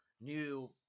new